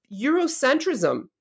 Eurocentrism